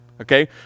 Okay